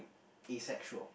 asexual